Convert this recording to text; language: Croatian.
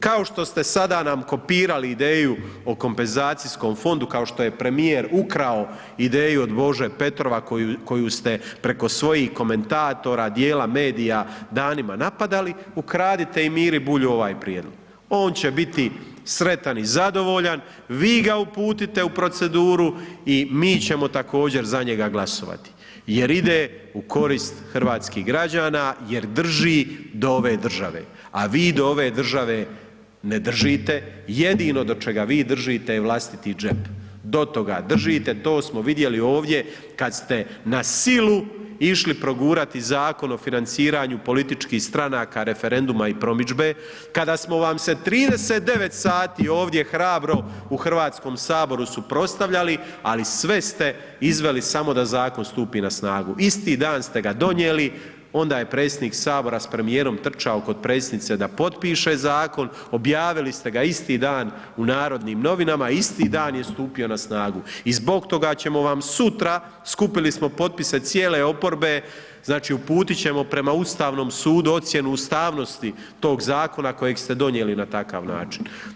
Kao što ste sada nam kopirali ideju o kompenzacijskom fondu kao što je premijer ukrao ideju od Bože Petrova, koju ste preko svojih komentatora, dijela medija, danima napadali, ukradite i Miri Bulju ovaj prijedlog, on će biti sretan i zadovoljan, vi ga uputite u proceduru i mi ćemo također za njega glasovati jer ide u korist hrvatskih građana, jer drži do ove države, a vi do ove države ne držite, jedino do čega vi držite je vlastiti džep, do toga držite, to smo vidjeli ovdje kad ste na silu išli progurati Zakon o financiranju političkih stranaka, referenduma i promidžbe, kada smo vam se 39 sati ovdje hrabro u HS suprotstavljali, ali sve ste izveli, samo da zakon stupi na snagu, isti dan ste ga donijeli, onda je predsjednik HS s premijerom trčao kod predsjednice da potpiše zakon, objavili ste ga isti dan u Narodnim novinama, isti dan je stupio na snagu i zbog toga ćemo vam sutra, skupili smo potpise cijele oporbe, znači, uputit ćemo prema Ustavnom sudu ocjenu ustavnosti tog zakona kojeg ste donijeli na takav način.